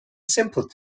simple